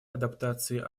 адаптации